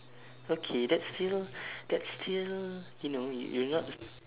okay that's still that's still you know y~ you're not